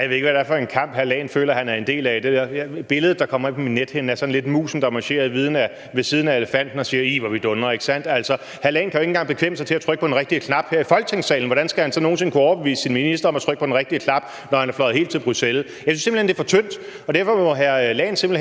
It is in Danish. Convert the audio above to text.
Jeg ved ikke, hvad det er for en kamp, hr. Leif Lahn Jensen føler han er en del af. Det billede, der kommer ind på min nethinde, er med musen, der marcherer ved siden af elefanten og siger: Ih, hvor vi gungrer. Hr. Leif Lahn Jensen kan jo ikke engang bekvemme sig til at trykke på den rigtige knap her i Folketingssalen, så hvordan skal han så nogen sinde kunne overbevise sin minister om at trykke på den rigtige knap, når han er fløjet helt til Bruxelles? Jeg synes simpelt hen, det er for tyndt, og derfor må hr. Leif Lahn